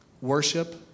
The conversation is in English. Worship